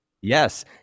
Yes